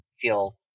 feel